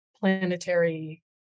planetary